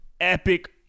epic